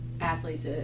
athletes